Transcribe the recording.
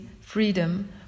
freedom